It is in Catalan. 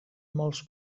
molts